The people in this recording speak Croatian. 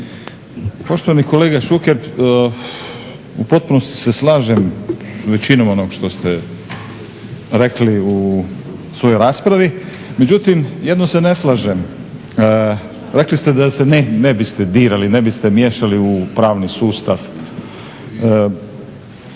Poštovani kolega Šuker, u potpunosti se slažem sa većinom ono što ste rekli u svojoj raspravi. Međutim, jedno se ne slažem. Rekli ste da se ne biste dirali, ne biste miješali u pravni sustav,